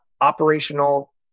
operational